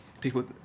people